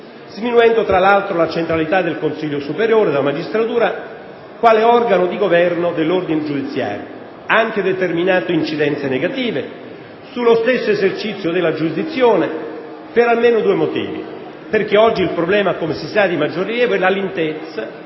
sminuendo, tra l'altro, la centralità del Consiglio superiore della magistratura quale organo di governo dell'ordine giudiziario; ha anche determinato incidenze negative sullo stesso esercizio della giurisdizione per almeno due motivi: innanzitutto, perché oggi il problema di maggior rilievo, come si sa,